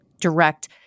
direct